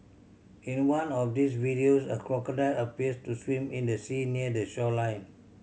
in one of these videos a crocodile appears to swim in the sea near the shoreline